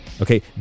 Okay